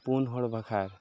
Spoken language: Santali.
ᱯᱩᱱᱦᱚᱲ ᱱᱟᱠᱷᱨᱟ